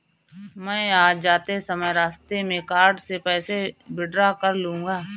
मैं आज जाते समय रास्ते में कार्ड से पैसे विड्रा कर लूंगा